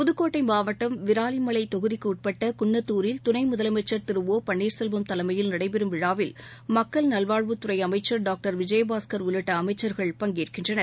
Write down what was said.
புதுக்கோட்டை மாவட்டம் விராலிமலைத் தொகுதிக்கு உட்பட்ட குன்னத்தூரில் துணை முதலமைச்சர் திரு ஒ பள்ளீர்செல்வம் தலைமையில் நடைபெறும் விழாவில் மக்கள் நல்வாழ்வுத்துறை அமைச்சர் டாக்டர் விஜயபாஸ்கர் உள்ளிட்ட அமைச்சர்கள் பங்கேற்கின்றனர்